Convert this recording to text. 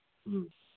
ꯎꯝ